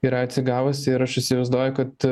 yra atsigavusi ir aš įsivaizduoju kad